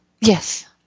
Yes